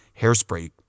hairspray